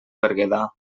berguedà